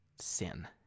sin